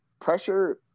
pressure –